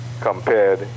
compared